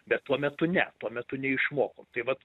bet tuo metu ne tuo metu neišmokom tai vat